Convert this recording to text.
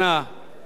עם קבלת